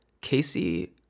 Casey